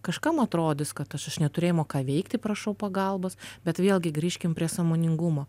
kažkam atrodys kad aš iš neturėjimo ką veikti prašau pagalbos bet vėlgi grįžkim prie sąmoningumo